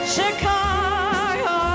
Chicago